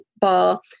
ball